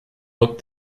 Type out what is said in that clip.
booked